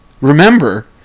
remember